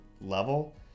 level